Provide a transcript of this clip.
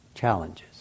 challenges